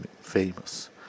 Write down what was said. famous